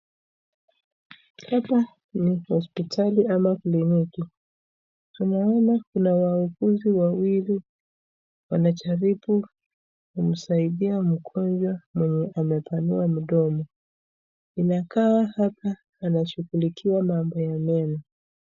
Hapa ni hospitali ama kliniki. Tunaona kuna wauguzi wawili wanajaribu kumsaidia mkwezi mwenye amepanua mdomo. Inakaa hapa anashughulikiwa mambo ya mema.